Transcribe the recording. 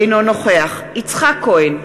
אינו נוכח יצחק כהן,